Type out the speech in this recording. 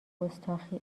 گستاخی